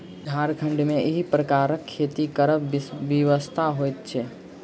झारखण्ड मे एहि प्रकारक खेती करब विवशता होइत छै